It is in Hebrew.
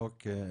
אוקיי.